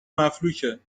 مفلوکه